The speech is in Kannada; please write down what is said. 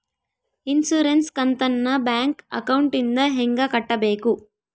ಇನ್ಸುರೆನ್ಸ್ ಕಂತನ್ನ ಬ್ಯಾಂಕ್ ಅಕೌಂಟಿಂದ ಹೆಂಗ ಕಟ್ಟಬೇಕು?